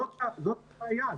זאת הבעיה,